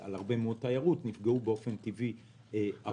על הרבה מאוד תיירות נפגעו באופן טבעי הרבה יותר.